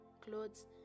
clothes